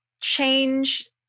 change